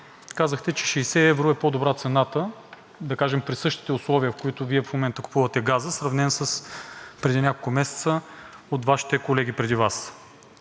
казахте, че 60 евро е по добра цената, да кажем, при същите условия, при които в момента купувате газа, сравнен с преди няколко месеца, от Вашите колеги преди Вас.